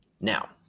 Now